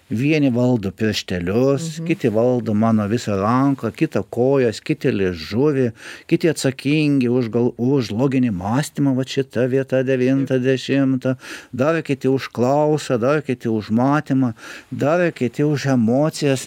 vieni valdo pirštelius kiti valdo mano visą ranką kitą kojas kiti liežuvį kiti atsakingi už gal už loginį mąstymą vat šita vieta devintą dešimtą dar kiti už klausą dar kiti už matymą dar kiti už emocijas